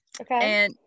Okay